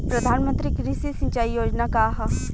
प्रधानमंत्री कृषि सिंचाई योजना का ह?